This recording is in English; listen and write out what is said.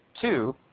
Two